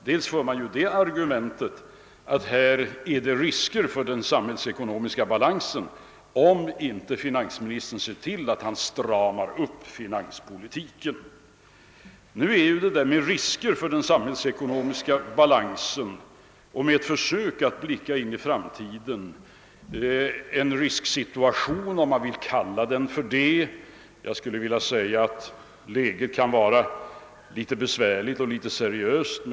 Man hör också argumentet att det föreligger risk för den samhällsekonomiska balansen, om inte finansministern ser till att han stramar upp finanspolitiken. Nu är ju det där talet om risker för den samhällsekonomiska balansen ett försök att blicka in i framtiden. Man talar om en risksituation; jag skulle för min del vilja säga att läget kan anses vara litet besvärligt och litet seriöst.